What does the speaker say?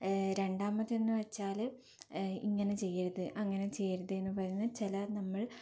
രണ്ടാമത്തേതെന്ന് വച്ചാല് ഇങ്ങനെ ചെയ്യരുത് അങ്ങനെ ചെയ്യരുത് എന്ന് പറഞ്ഞ് ചില നമ്മൾ